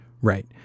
Right